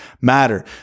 matter